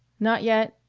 not yet!